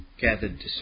gathered